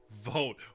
Vote